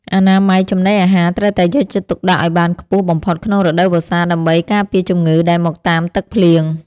អនាម័យចំណីអាហារត្រូវតែយកចិត្តទុកដាក់ឱ្យបានខ្ពស់បំផុតក្នុងរដូវវស្សាដើម្បីការពារជំងឺដែលមកតាមទឹកភ្លៀង។